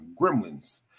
Gremlins